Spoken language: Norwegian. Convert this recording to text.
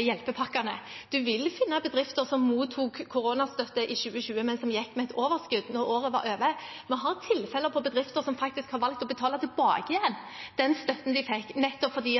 hjelpepakkene. En vil finne bedrifter som mottok koronastøtte i 2020, men som gikk med et overskudd da året var over. Vi har eksempler på bedrifter som faktisk har valgt å betale tilbake igjen den støtten de fikk, nettopp fordi